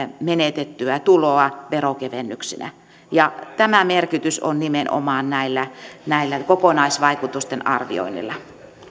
menetettyä tuloa veronkevennyksinä tämä merkitys on nimenomaan näillä näillä kokonaisvaikutusten arvioinneilla